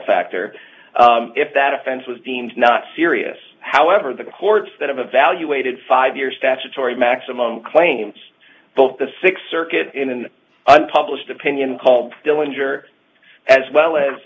factor if that offense was deemed not serious however the courts that have evaluated five years statutory maximum claims both the sixth circuit in an unpublished opinion called still injure as well as